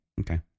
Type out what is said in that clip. okay